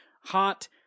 hot